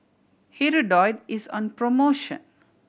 Hirudoid is on promotion